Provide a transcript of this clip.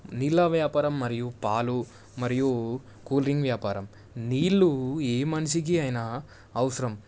నీళ్ళ వ్యాపారం మరియు పాలు మరియు కూల్డ్రింక్ వ్యాపారం నీళ్ళు ఏ మనిషికి అయినా అవసరం